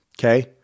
okay